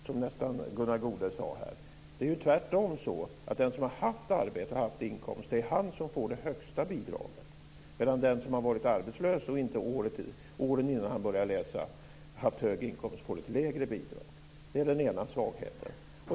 Fru talman! Det är ju inte arbetslösa som särskilt gynnas, som Gunnar Goude nästan sade här. Det är tvärtom så att den som har haft arbete och inkomst får det högsta bidraget, medan den som har varit arbetslös och inte haft hög inkomst åren innan han börjar läsa får ett lägre bidrag. Det är den ena svagheten.